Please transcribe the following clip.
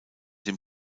dem